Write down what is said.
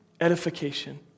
edification